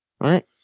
right